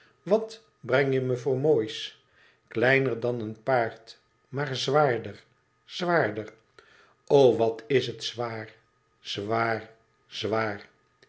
wat breng je me voor moois kleiner dan een paard maar zwaarder zwaarder o wat is het zwaar zwaar zwaar